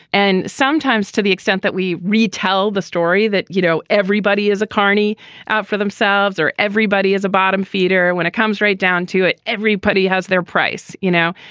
and sometimes to the extent that we retell the story that, you know, everybody is akani out for themselves or everybody is a bottom feeder when it comes right down to it. everybody has their price, you know,